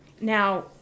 now